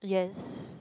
yes